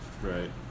Right